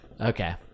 Okay